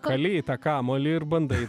kali į tą kamuolį ir bandai